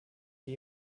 die